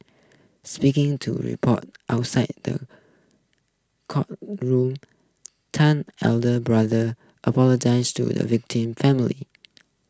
speaking to report outside the courtroom ten elder brother apologised to the victim family